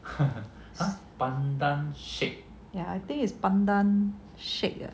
pandan shake ya I think is pandan shake ah